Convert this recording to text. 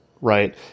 right